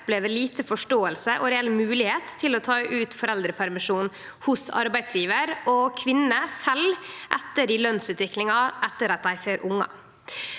opplever lite forståing og reell moglegheit til å ta ut foreldrepermisjon hos arbeidsgjevar, og kvinner fell etter i lønsutviklinga etter at dei føder ungar.